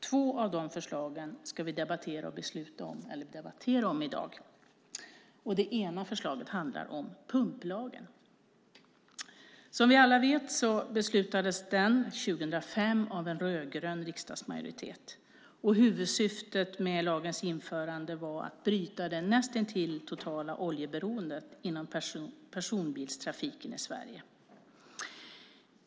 Två av de förslagen ska vi debattera om i dag. Det ena förslaget handlar om pumplagen. Som vi alla vet beslutades den 2005 av en rödgrön riksdagsmajoritet. Huvudsyftet med lagens införande var att bryta det näst intill totala oljeberoendet inom personbilstrafiken i Sverige.